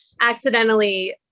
Accidentally